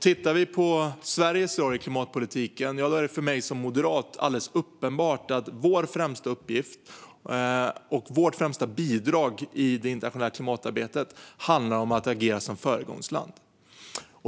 Ser vi på Sveriges roll i klimatpolitiken är det för mig som moderat uppenbart att vår främsta uppgift och vårt främsta bidrag i det internationella klimatarbetet är att agera som föregångsland.